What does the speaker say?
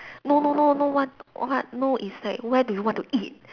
no no no no one what no is like where do you want to eat